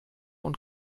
und